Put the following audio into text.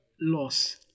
loss